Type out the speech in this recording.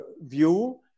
view